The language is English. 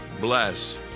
bless